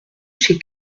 chez